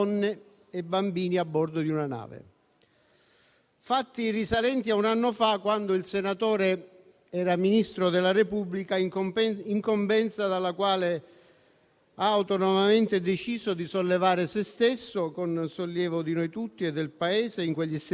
Possiamo dire che il caso Open Arms è il canto del cigno di un'esperienza ministeriale e di un certo modo di fare politica. Anch'io credo nelle mie idee e anch'io, come il mancato ministro Salvini,